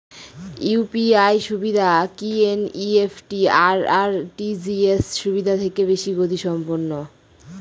UPI সুবিধা কি NEFT আর আর.টি.জি.এস সুবিধা থেকে বেশি গতিসম্পন্ন?